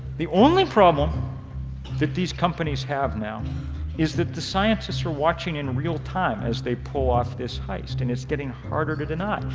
the only problem that these companies have now is that the scientists are watching in real time while they pull off this heist and it's getting harder to deny.